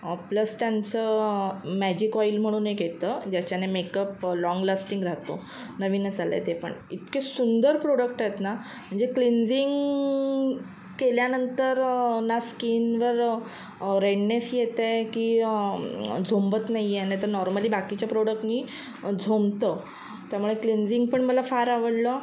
plus त्यांचं magic oil म्हणून एक येतं ज्याने मेकअप लॉन्ग लास्टिंग राहतो नवीनच आलं आहे ते पण इतके सुंदर प्रोडक्ट आहेत ना म्हणजे क्लिनिंग केल्यानंतर ना स्कीनवर रेडनेस येत आहे की झोंबत नाही आहे नाहीतर नॉर्मली बाकीच्या प्रोडक्टनी झोंबतं त्यामुळे क्लिन्झिंग पण मला फार आवडलं